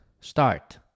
start